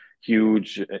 huge